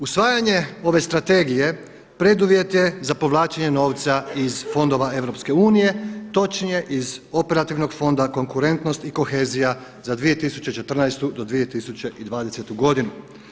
Usvajanje ove strategije preduvjet je za povlačenje novca iz fondova Europske unije, točnije iz operativnog fonda konkurentnosti i kohezija za 2014. do 2020. godinu.